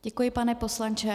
Děkuji, pane poslanče.